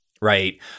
Right